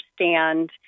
understand